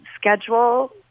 schedule